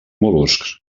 mol·luscs